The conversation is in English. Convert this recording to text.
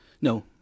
No